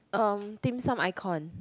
um dimsum icon